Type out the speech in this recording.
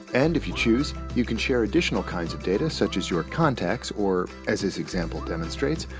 and if you choose, you can share additional kind of data such as your contacts or, as this example demonstrates,